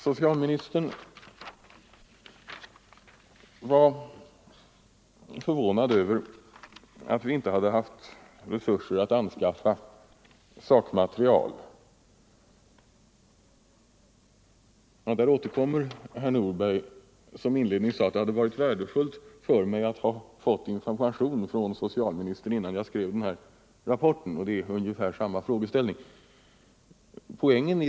Socialministern var förvånad över att vi inte hade haft resurser att anskaffa sakmaterial för vår rapport. Till det återkom herr Nordberg, som i inledningen sade att det hade varit värdefullt för mig att få information från socialministern innan jag skrev den här rapporten. Det är ungefär samma frågeställning.